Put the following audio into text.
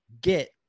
get